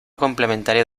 complementario